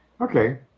Okay